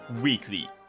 Weekly